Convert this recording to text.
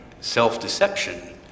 self-deception